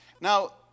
Now